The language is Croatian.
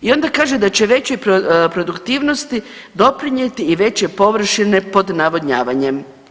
I onda kaže da će veće produktivnosti doprinijeti i veće površine pod navodnjavanjem.